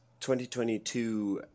2022